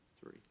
Three